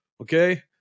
Okay